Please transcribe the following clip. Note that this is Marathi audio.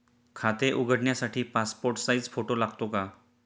खाते उघडण्यासाठी पासपोर्ट साइज फोटो लागतो का?